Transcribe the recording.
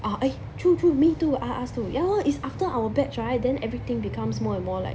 oh eh true true me too I'm asked to ya lor it's after our batch right then everything becomes more and more like